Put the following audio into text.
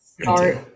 start